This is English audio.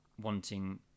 wanting